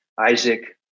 Isaac